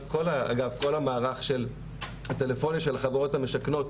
כל המערך של הטלפונים של החברות המשכנות,